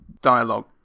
dialogue